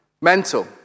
mental